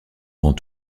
grand